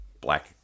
black